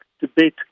debate